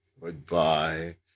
Goodbye